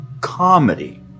comedy